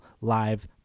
live